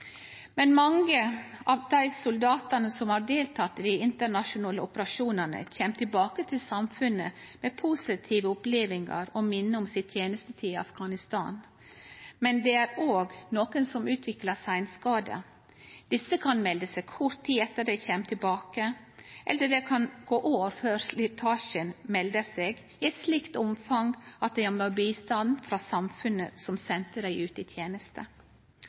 men det er òg nokre som utviklar seinskadar. Desse kan melde seg kort tid etter at dei kjem tilbake, eller det kan gå år før slitasjen melder seg i et slikt omfang at dei må ha bistand frå samfunnet som sende dei ut i teneste.